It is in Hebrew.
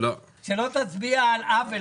של אמות